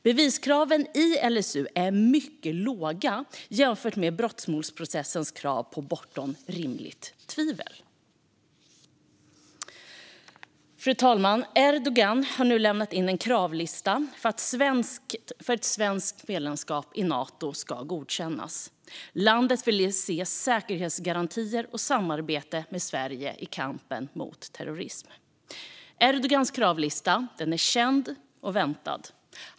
Beviskraven i LSU är mycket låga jämfört med brottmålsprocessens krav att något ska bevisas bortom rimligt tvivel. Fru talman! Erdogan har nu lämnat in en kravlista för att ett svenskt medlemskap i Nato ska godkännas. Landet vill se säkerhetsgarantier och samarbete med Sverige i kampen mot terrorism. Erdogans kravlista är känd och väntad.